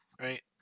right